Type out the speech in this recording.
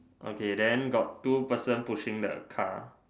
okay then got two person pushing the car